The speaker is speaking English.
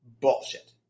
bullshit